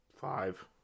five